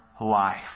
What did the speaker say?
life